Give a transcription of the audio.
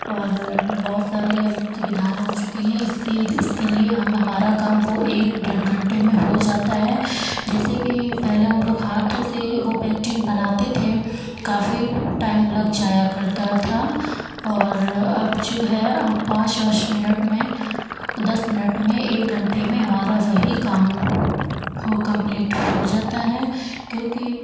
और बहुत सारी अब सुविधाएं हो चुकी हैं इसके इसके लिए हम हमारा काम वो एक डेढ़ घंटे में हो जाता है जैसे कि पहले हम लोग हाथों से वो पेंटिंग बनाते थे काफ़ी टाइम लग जाया करता था और अब जो है अब पाँच वाँच मिनट में दस मिनट में एक घंटे में हमारा वही काम हो कंप्लीट हो जाता है क्योंकि